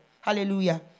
Hallelujah